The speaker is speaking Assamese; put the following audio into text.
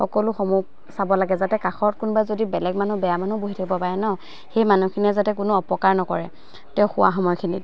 সকলো সমূহ চাব লাগে যাতে কাষত কোনোবা যদি বেলেগ মানুহ বেয়া মানুহ বহি থাকিব পাৰে ন সেই মানুহখিনিয়ে যাতে কোনো অপকাৰ নকৰে তেওঁ শোৱা সময়খিনিত